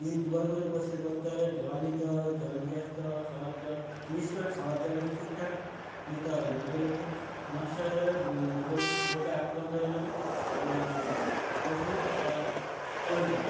দিন দুবার করে পরিষ্কার করতে হবে জল নিতে হবে জল দিয়ে আসতে হবে খাবার জল মিশ করে খাবার জলটা ঠিকঠাক দিতে হবে না দিলে খুব সমস্যা হয়ে যাবে রোগে রোগে আক্রান্ত হয়ে যাবে পশু বা পোলট্রি